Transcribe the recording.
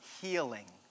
healing